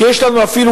שיש לנו אפילו,